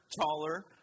taller